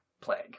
plague